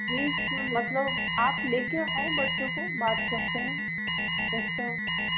fees मतलब आप लेकर आओ बच्चों को बात करते हैं देखते हैं